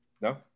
No